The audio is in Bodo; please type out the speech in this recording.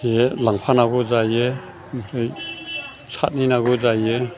जे लांफानांगौ जायो आमफ्राइ सारहै नांगौ जायो